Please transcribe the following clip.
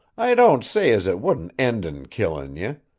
i don't say as it wouldn't end in killin' ye.